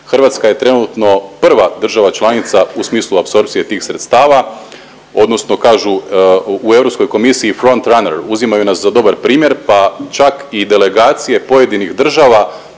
Hrvatska je trenutno prva država članica u smislu apsorpcije tih sredstava, odnosno kažu u Europskoj komisiji front runner, uzimaju nas za dobar primjer, pa čak i delegacije pojedinih država